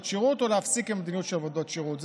שירות או להפסיק עם המדיניות של עבודות שירות.